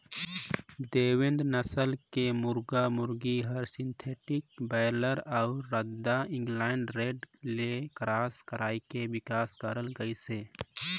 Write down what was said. देवेंद नसल के मुरगा मुरगी हर सिंथेटिक बायलर अउ रद्दा आइलैंड रेड ले क्रास कइरके बिकसित करल गइसे